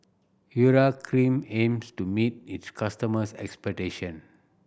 Urea Cream aims to meet its customers' expectation